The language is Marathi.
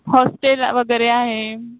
हॉस्टेल वगैरे आहे